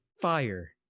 fire